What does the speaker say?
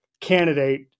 candidate